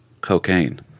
cocaine